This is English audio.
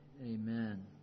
Amen